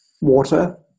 water